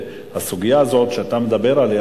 הסוגיה הזאת שאתה מדבר עליה,